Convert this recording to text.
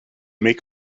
make